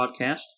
podcast